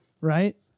right